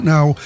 Now